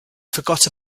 forgot